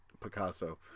Picasso